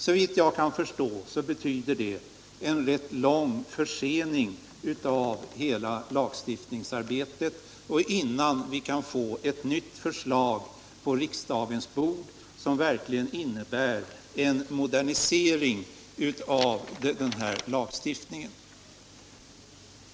Såvitt jag kan förstå betyder det en rätt stark försening av hela lagstiftningsarbetet. Det kommer att dröja innan vi kan få ett nytt förslag på riksdagens bord som verkligen innebär en modernisering av den här lagstiftningen.